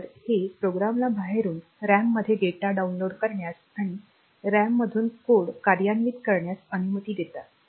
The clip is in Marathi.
तर हे प्रोग्रामला बाहेरून रॅममध्ये डेटा डाउनलोड करण्यास आणि रॅममधून कोड कार्यान्वित करण्यास अनुमती देतात